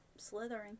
Slithering